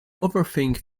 overthink